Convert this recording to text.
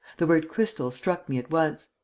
the word crystal struck me at once.